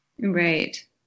Right